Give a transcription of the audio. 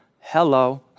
Hello